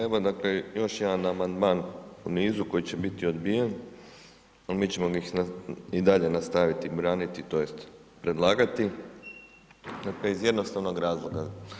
Evo, dakle, još jedan amandman u nizu koji će biti odbijen, no mi ćemo ih i dalje nastaviti braniti, tj. predlagati dakle iz jednostavnog razloga.